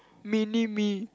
mini me